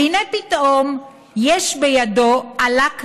והינה, פתאום יש בידו אלה כבדה,